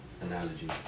analogy